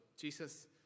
Jesus